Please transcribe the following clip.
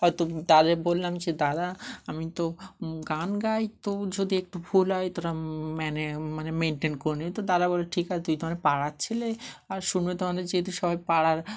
হয়তো দাদাদের বললাম যে দাদা আমি তো গান গাই তো যদি একটু ভুল হয় তোরা মানে মানে মেনটেন করে নিস তো দাদা বলে ঠিক আছে তুই তোমার পাড়ার ছেলে আর শুনবে তো আমাদের যেহেতু সবাই পাড়ার